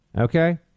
Okay